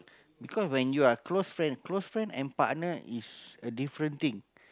because when you're close friend close friend and partner is a different thing